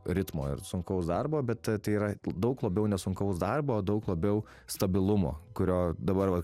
ritmo ir sunkaus darbo bet tai yra daug labiau nesunkaus darbo daug labiau stabilumo kurio dabar va